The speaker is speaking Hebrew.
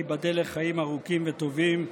תיבדל לחיים ארוכים וטובים,